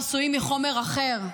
אנחנו עשויים מחומר אחר.